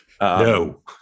No